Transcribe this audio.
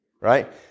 right